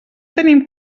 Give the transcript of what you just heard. tenim